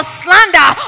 slander